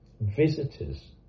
visitors